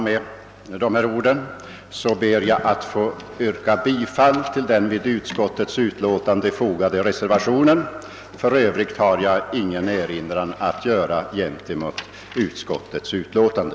Med dessa ord ber jag att få yrka bifall till den vid utskottets utlåtande fogade reservationen. I övrigt har jag ingen erinran att göra mot utskottets utlåtande.